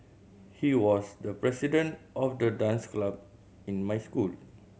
he was the president of the dance club in my school